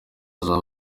bakaba